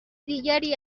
دیگری